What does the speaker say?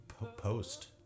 Post